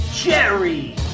Jerry